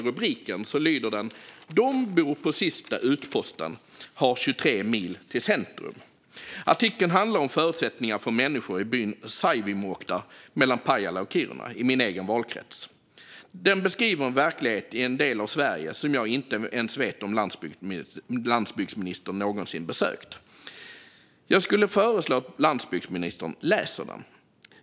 Rubriken lyder: De bor på sista utposten - har 23 mil till centrum. Artikeln handlar om förutsättningarna för människorna i byn Saivomuotka mellan Pajala och Kiruna i min egen valkrets. Den beskriver verkligheten i en del av Sverige som jag inte vet om landsbygdsministern någonsin har besökt. Jag föreslår att landsbygdsministern läser artikeln.